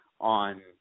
on